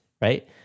right